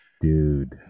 dude